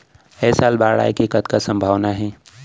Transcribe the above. ऐ साल बाढ़ आय के कतका संभावना हे?